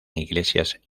iglesias